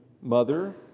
mother